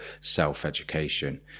self-education